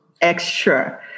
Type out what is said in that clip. extra